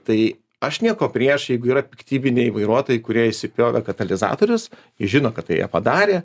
tai aš nieko prieš jeigu yra piktybiniai vairuotojai kurie išsipjovė katalizatorius žino kad tai jie padarė